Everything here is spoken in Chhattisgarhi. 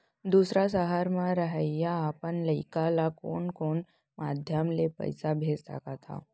दूसर सहर म रहइया अपन लइका ला कोन कोन माधयम ले पइसा भेज सकत हव?